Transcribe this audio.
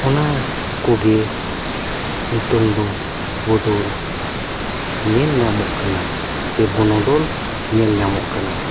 ᱚᱱᱟ ᱠᱚᱜᱮ ᱱᱤᱛᱳᱝ ᱫᱚ ᱵᱚᱫᱚᱞ ᱧᱮᱞ ᱧᱟᱢᱚᱜ ᱠᱟᱱᱟ ᱪᱮ ᱵᱚᱱᱚᱫᱚᱞ ᱧᱮᱞ ᱧᱟᱢᱚᱜ ᱠᱟᱱᱟ